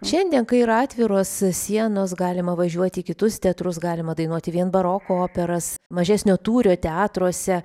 šiandien kai yra atviros sienos galima važiuoti į kitus teatrus galima dainuoti vien baroko operas mažesnio tūrio teatruose